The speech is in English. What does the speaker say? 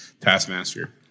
Taskmaster